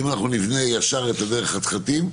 אם נבנה ישר את דרך החתחתים,